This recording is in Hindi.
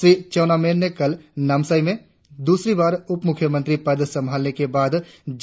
श्री चाउना मेन ने कल नामसाई में द्रसरी बार उपमुख्यमंत्री पद संभालने के बाद